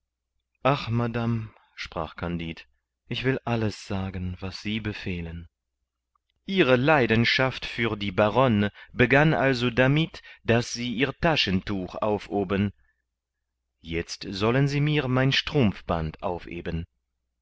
ach madame sprach kandid ich will alles sagen was sie befehlen ihre leidenschaft für die baronne begann also damit daß sie ihr taschentuch aufhoben jetzt sollen sie mir mein strumpfband aufheben